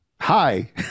hi